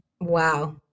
Wow